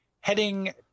heading